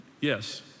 Yes